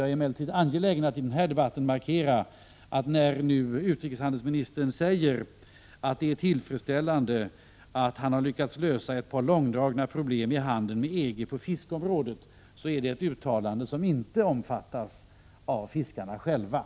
Jag är emellertid angelägen att i den här debatten markera att när utrikeshandelsministern säger att det är tillfredsställande att han har lyckats lösa ett par långdragna problem i handeln med EG på fiskeområdet, är detta ett uttalande som inte omfattas av fiskerinäringen.